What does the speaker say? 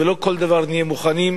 ולא לכל דבר נהיה מוכנים,